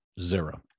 zero